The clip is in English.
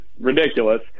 ridiculous